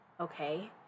Okay